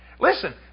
Listen